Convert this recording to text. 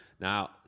Now